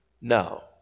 No